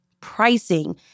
pricing